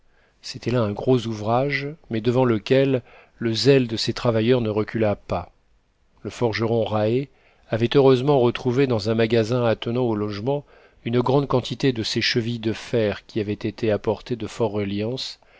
c'était là un gros ouvrage mais devant lequel le zèle de ces travailleurs ne recula pas le forgeron raë avait heureusement retrouvé dans un magasin attenant au logement une grande quantité de ces chevilles de fer qui avaient été apportées du